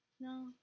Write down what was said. No